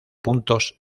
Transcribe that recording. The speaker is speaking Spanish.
puntos